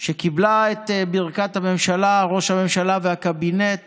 שקיבלה את ברכת הממשלה, ראש הממשלה והקבינט